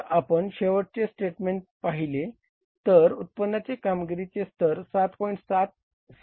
जर आपण शेवटचे स्टेटमेंट पहिले तर उत्पन्नाचे कामगिरीस्तर 7